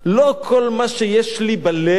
לא כל מה שיש לי בלב,